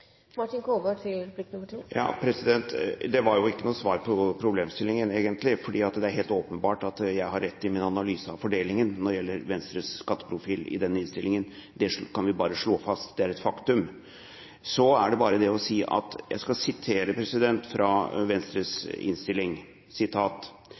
Det var jo egentlig ikke noe svar på problemstillingen. Det er helt åpenbart at jeg har rett i min analyse av fordelingen når det gjelder Venstres skatteprofil i denne innstillingen. Det kan vi bare slå fast at er et faktum. Jeg skal sitere fra Venstres alternative budsjett hva de sier om regjeringens politikk. Det står at det prioriteres « å